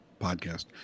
podcast